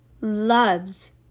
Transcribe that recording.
loves